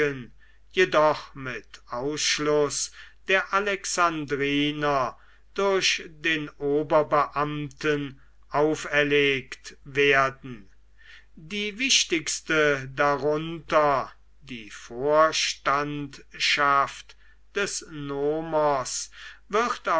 jedoch mit ausschluß der alexandriner durch den oberbeamten auferlegt werden die wichtigste darunter die vorstandschaft des nomos wird